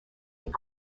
est